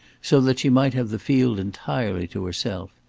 so that she might have the field entirely to herself,